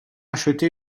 acheté